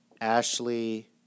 Ashley